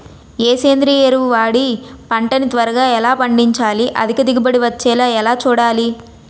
ఏ సేంద్రీయ ఎరువు వాడి పంట ని త్వరగా ఎలా పండించాలి? అధిక దిగుబడి వచ్చేలా ఎలా చూడాలి?